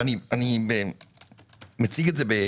אני מציג את זה באופן